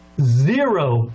zero